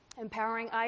Empowering